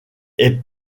est